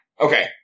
Okay